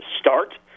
start